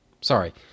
Sorry